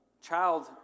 child